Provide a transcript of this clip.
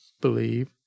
believe